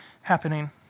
happening